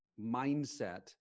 mindset